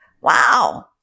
wow